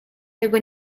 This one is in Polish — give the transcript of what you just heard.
tego